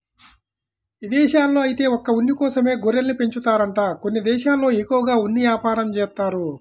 ఇదేశాల్లో ఐతే ఒక్క ఉన్ని కోసమే గొర్రెల్ని పెంచుతారంట కొన్ని దేశాల్లో ఎక్కువగా ఉన్ని యాపారం జేత్తారు